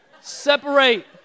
separate